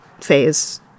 phase